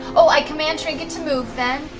oh! i command trinket to move, then.